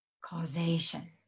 causation